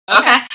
Okay